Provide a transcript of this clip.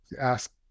ask